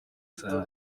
kwitabira